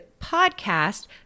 podcast